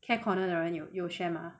care corner 的人有 share 吗